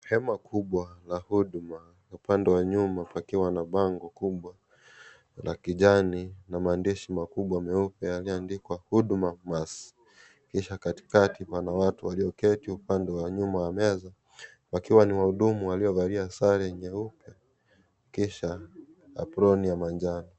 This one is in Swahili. Hema kubwa la huduma, upande wa nyuma pakiwa na bango kubwa la kijani na maandishi makubwa meupe yaliyoandikwa huduma mass, kisha katikati, pana watu walioketi upande wa nyuma ya meza, wakiwa ni wahudumu waliyovalia sare nyeupe kisha aproni ya manjano.